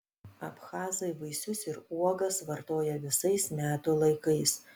abchazai vaisius ir uogas vartoja visais metų laikais